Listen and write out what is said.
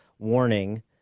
Warning